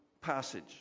passage